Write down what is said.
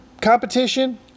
competition